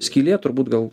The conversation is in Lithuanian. skylė turbūt gal